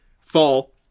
fall